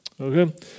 Okay